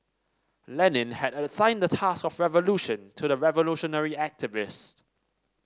Lenin had assigned the task of revolution to the revolutionary activist